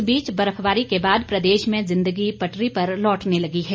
इस बीच बर्फबारी के बाद प्रदेश में ज़िंदगी पटरी पर लौटने लगी है